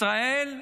ישראל,